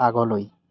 আগলৈ